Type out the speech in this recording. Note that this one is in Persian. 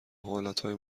حالتهای